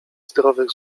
zdrowych